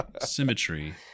Symmetry